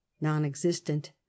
non-existent